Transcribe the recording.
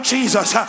Jesus